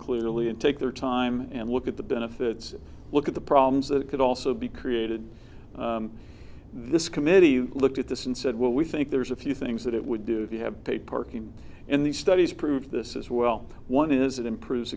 clearly and take their time and look at the benefits look at the problems that could also be created this committee you looked at this and said well we think there's a few things that it would do you have a parking in these studies prove this as well one is it improves